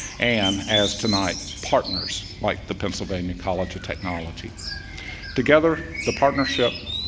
and as tonight, partners like the pennsylvania college of technology together, the partnership,